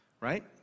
right